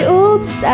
oops